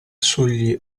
sugli